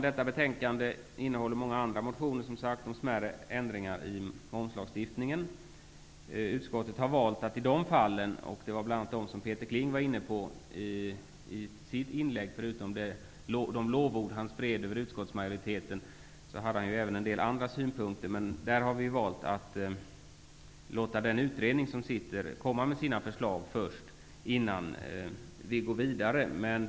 Detta betänkande innehåller många andra motioner om smärre ändringar i momslagstiftningen. Peter Kling var inne på detta i sitt inläg. Förutom de lovord som han spred över utskottsmajoriteten hade han en del andra synpunkter. Utskottet har valt att i dessa fall låta den utredning som nu sitter komma med sina förslag innan vi går vidare.